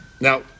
Now